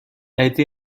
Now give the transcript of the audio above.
été